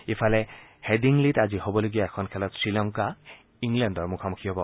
ইফালে হেডিংলিত আজি হ'বলগীয়া এখন খেলত শ্ৰীলংকা ইংলেণ্ডৰ মুখামুখি হ'ব